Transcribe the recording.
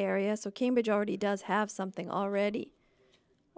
area so cambridge already does have something already